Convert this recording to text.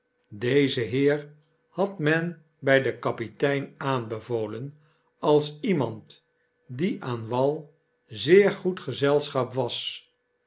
dezen heer had men by den kapitein aanbevolen als iemand die aan wal zeergoed gezelschap was